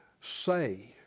say